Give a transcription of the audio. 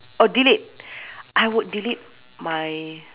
oh delete I would delete my